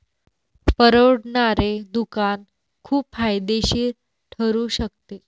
परवडणारे दुकान खूप फायदेशीर ठरू शकते